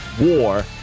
War